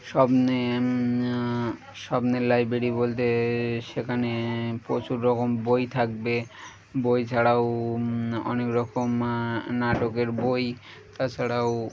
স্বপ্নে স্বপ্নের লাইব্রেরি বলতে সেখানে প্রচুর রকম বই থাকবে বই ছাড়াও অনেক রকম নাটকের বই তাছাড়াও